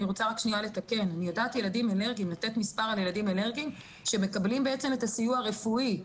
לתת מספר על ילדים אלרגיים שמקבלים בעצם את הסיוע הרפואי.